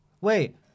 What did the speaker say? Wait